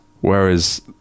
Whereas